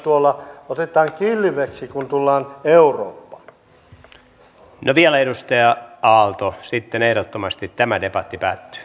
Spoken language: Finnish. eli ei olisi väärin vaikka valtion talousarvion viimeisen viivan vaatimuksena olisi inhimillisesti kohdeltu kansakunta